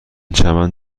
چمن